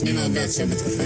מי שנותנים את דעתם,